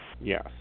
Yes